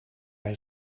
hij